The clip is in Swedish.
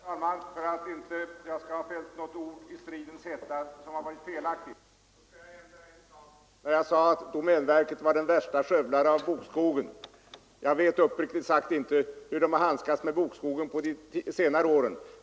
Herr talman! För att jag inte skall beskyllas för att ha fällt något ord i stridens hetta som varit felaktigt skall jag ändra vad jag sade om att domänverket var den värsta skövlaren av bokskogen. Jag vet, uppriktigt sagt, inte hur domänverket handskats med just bokskogen under senare år.